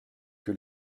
que